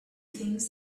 things